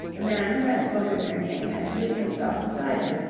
the man who had spoken her name had seated himself beside her,